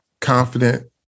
confident